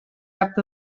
cap